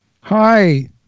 Hi